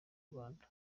rwanda